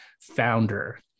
founder